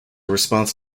response